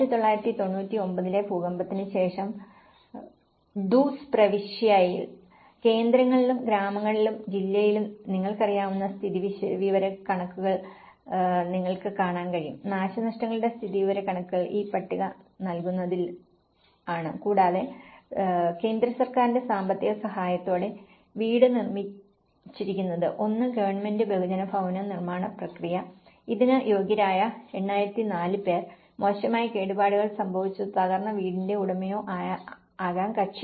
1999 ലെ ഭൂകമ്പത്തിന് ശേഷം ഡൂസ്സ് പ്രവിശ്യയിൽ കേന്ദ്രങ്ങളിലും ഗ്രാമങ്ങളിലും ജില്ലയിലും നിങ്ങൾക്കറിയാവുന്ന സ്ഥിതിവിവരക്കണക്കുകൾ നിങ്ങൾക്ക് കാണാൻ കഴിയും നാശനഷ്ടങ്ങളുടെ സ്ഥിതിവിവരക്കണക്കുകൾ ഈ പട്ടിക നൽകുന്നതിലാണ് കൂടാതെ കേന്ദ്രസർക്കാരിന്റെ സാമ്പത്തിക സഹായത്തോടെയാണ് വീട് നിർമ്മിച്ചിരിക്കുന്നത് ഒന്ന് ഗവൺമെന്റ് ബഹുജന ഭവനനിർമ്മാണ പ്രക്രിയ ഇതിന് യോഗ്യരായ 8004 പേർ മോശമായ കേടുപാടുകൾ സംഭവിച്ചതോ തകർന്ന വീടിന്റെ ഉടമയോ ആകാം കക്ഷി